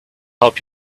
help